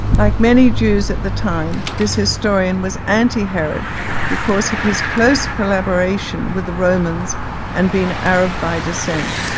like many jews at the time this historian was anti-herod because of his close collaboration with the romans and being arab by descent.